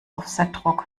offsetdruck